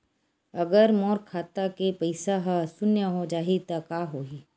अगर मोर खाता के पईसा ह शून्य हो जाही त का होही?